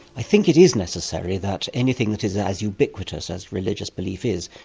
i think it is necessary that anything that is as ubiquitous as religious belief is.